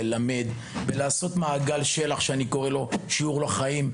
בללמד ובלעשות מעגל של״ח שלו אני קורא שיעור לחיים,